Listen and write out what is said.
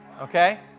Okay